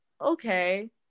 okay